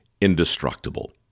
indestructible